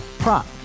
Prop